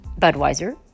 Budweiser